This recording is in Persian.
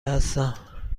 هستم